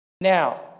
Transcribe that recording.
Now